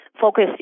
focus